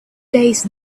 days